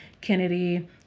Kennedy